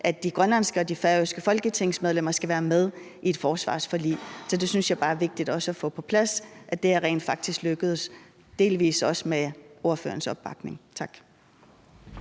at de grønlandske og færøske folketingsmedlemmer skal være med i et forsvarsforlig. Så det synes jeg bare er vigtigt også at få på plads – at det rent faktisk er lykkedes, delvis også med ordførerens opbakning. Tak.